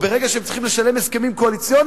או ברגע שהן צריכות לשלם על הסכמים קואליציוניים,